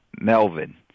Melvin